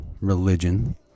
Religion